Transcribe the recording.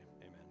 amen